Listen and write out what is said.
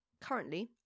Currently